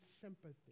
sympathy